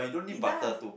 it does